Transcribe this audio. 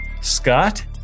Scott